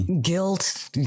guilt